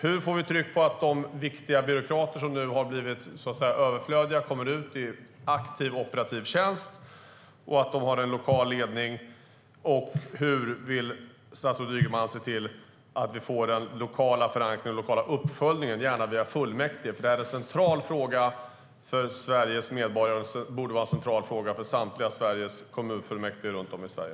Hur får vi tryck på att de viktiga byråkrater som nu har blivit överflödiga kommer ut i aktiv operativ tjänst och att de har en lokal ledning? Och hur vill statsrådet Ygeman se till att vi får den lokala förankringen och den lokala uppföljningen, gärna via fullmäktige? Det är en central fråga för Sveriges medborgare och borde vara en central fråga för samtliga kommunfullmäktige runt om i Sverige.